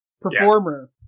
performer